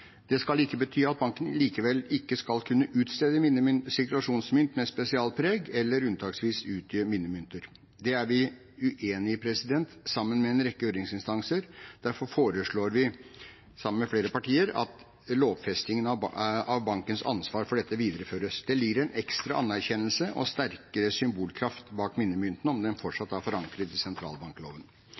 Det skal ikke bety at banken likevel ikke skal kunne utstede sirkulasjonsmynt med spesialpreg eller unntaksvis utgi minnemynter. Det er vi uenige i, sammen med en rekke høringsinstanser. Derfor foreslår vi, sammen med flere partier, at lovfestingen av bankens ansvar for dette videreføres. Det ligger en ekstra anerkjennelse og en sterkere symbolkraft bak minnemyntene om dette fortsatt er forankret i sentralbankloven.